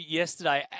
yesterday